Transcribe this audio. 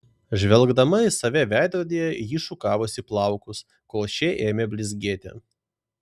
žvelgdama į save veidrodyje ji šukavosi plaukus kol šie ėmė blizgėti